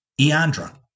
Eandra